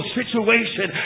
situation